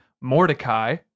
Mordecai